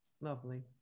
Lovely